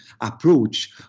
approach